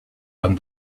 and